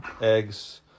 eggs